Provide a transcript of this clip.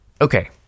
okay